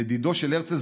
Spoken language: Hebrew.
לדידו של הרצל,